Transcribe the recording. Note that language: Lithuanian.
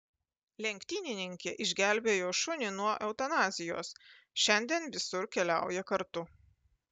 lenktynininkė išgelbėjo šunį nuo eutanazijos šiandien visur keliauja kartu